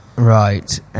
Right